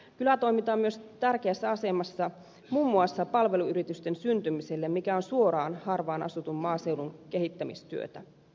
kylätoiminta on myös tärkeässä asemassa muun muassa palveluyritysten syntymisen suhteen mikä on suoraan harvaan asutun maaseudun kehittämistyötä